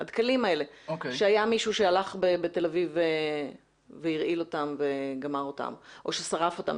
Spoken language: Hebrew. שהיה מישהו שהלך בתל אביב והרעיל אותם וגמר אותם או ששרף אותם,